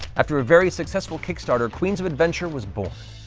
after a very successful kickstarter, queens of adventure was born.